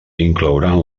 inclouran